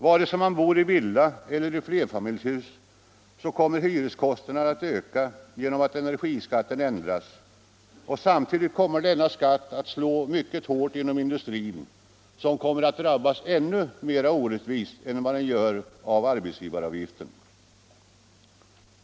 Vare sig man bor i villa eller i flerfamiljshus kommer hyreskostnaderna att öka genom att energiskatten ändras, och samtidigt kommer denna skatt att slå mycket hårt inom industrin, som kommer att drabbas ännu mera orättvist än vad som är fallet i fråga om arbetsgivaravgiften.